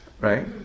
right